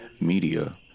Media